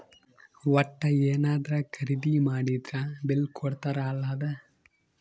ವಟ್ಟ ಯೆನದ್ರ ಖರೀದಿ ಮಾಡಿದ್ರ ಬಿಲ್ ಕೋಡ್ತಾರ ಅಲ ಅದ